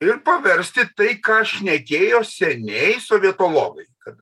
ir paversti tai ką šnekėjo seniai sovietologai kad